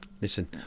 listen